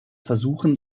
versuchen